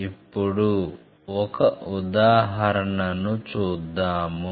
ఇప్పుడు ఒక ఉదాహరణను చూద్దాము